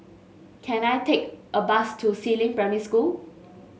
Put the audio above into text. can I take a bus to Si Ling Primary School